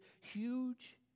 huge